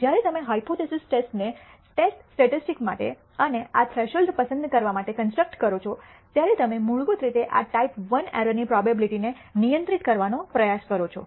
જ્યારે તમે hypothesis test ને ટેસ્ટ સ્ટેટિસ્ટિક્સ માટે અને આ થ્રેશોલ્ડ પસંદ કરવા માટે કન્સ્ટ્રક્ટ કરો છો ત્યારે તમે મૂળભૂત રીતે આ ટાઈપ I એરર ની પ્રોબેબીલીટી ને નિયંત્રિત કરવાનો પ્રયાસ કરો છો